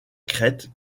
crête